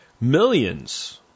Millions